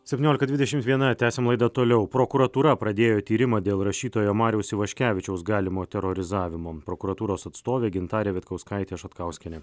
septyniolika dvidešimt viena tęsiam laidą toliau prokuratūra pradėjo tyrimą dėl rašytojo mariaus ivaškevičiaus galimo terorizavimo prokuratūros atstovė gintarė vitkauskaitė šatkauskienė